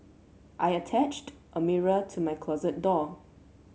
I attached a mirror to my closet door